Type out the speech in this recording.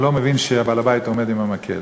הוא לא מבין שבעל-הבית עומד עם המקל.